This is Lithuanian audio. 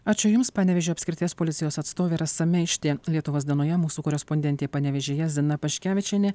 ačiū jums panevėžio apskrities policijos atstovė rasa meištė lietuvos dienoje mūsų korespondentė panevėžyje zina paškevičienė